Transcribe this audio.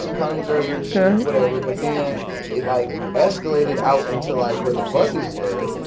so kind of mcgregor shit, whatever, but then it like escalated out into like where the buses were,